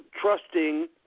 trusting